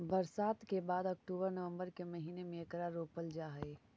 बरसात के बाद अक्टूबर नवंबर के महीने में एकरा रोपल जा हई